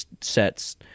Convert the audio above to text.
sets